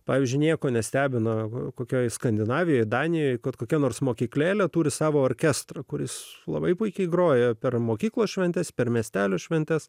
pavyzdžiui nieko nestebina kokioje skandinavijoje danijoje kad kokia nors mokyklėlė turi savo orkestrą kuris labai puikiai grojo per mokyklos šventes per miestelio šventes